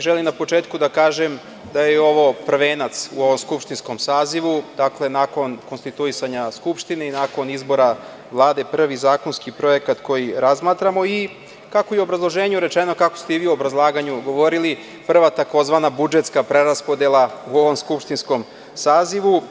Želim na početku da kažem da je ovo prvenac u ovom skupštinskom sazivu, dakle, nakon konstituisanja Skupštine i nakon izbora Vlade, prvi zakonski projekat koji razmatramo i, kako je u obrazloženju rečeno, kako ste i vi u obrazlaganju govorili, prva takozvana budžetska preraspodela u ovom skupštinskom sazivu.